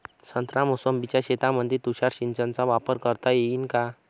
संत्रा मोसंबीच्या शेतामंदी तुषार सिंचनचा वापर करता येईन का?